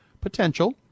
potential